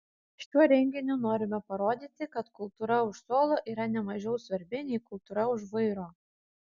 šiuo renginiu norime parodyti kad kultūra už suolo yra ne mažiau svarbi nei kultūra už vairo